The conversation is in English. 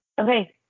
Okay